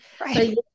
Right